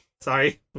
Sorry